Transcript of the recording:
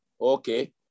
Okay